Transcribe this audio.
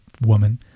woman